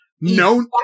No